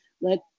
let